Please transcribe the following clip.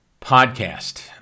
podcast